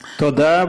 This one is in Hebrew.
תודה.